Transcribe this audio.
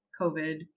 COVID